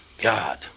God